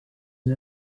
and